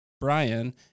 Brian